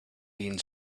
being